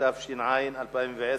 התש"ע 2010,